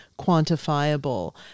quantifiable